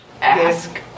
Ask